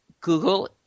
Google